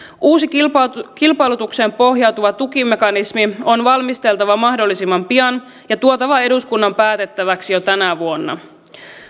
uusi kilpailutukseen kilpailutukseen pohjautuva tukimekanismi on valmisteltava mahdollisimman pian ja tuotava eduskunnan päätettäväksi jo tänä vuonna